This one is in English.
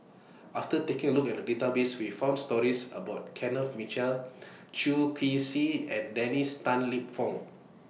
after taking A Look At The Database We found stories about Kenneth Mitchell Chew Kee Swee and Dennis Tan Lip Fong